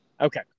Okay